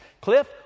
cliff